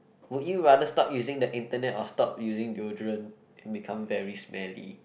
would you rather stop using the internet or stop using deodorant then become very smelly